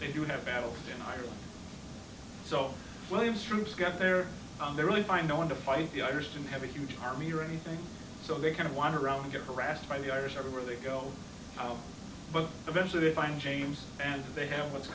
they do have battle in ireland so williams troops got there on their really i'm going to fight the irish didn't have a huge army or anything so they kind of wander around get harassed by the irish everywhere they go but eventually they find james and they have what's